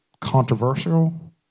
controversial